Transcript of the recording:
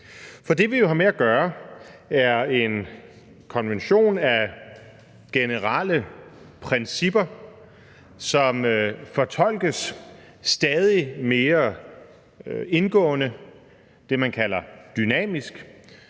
For det, vi jo har med at gøre, er en konvention af generelle principper, som fortolkes stadig mere indgående – det, man kalder dynamisk